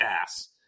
ass